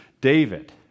David